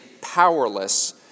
powerless